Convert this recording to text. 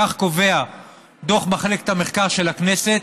כך קובע דוח מחלקת המחקר של הכנסת,